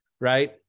Right